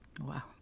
Wow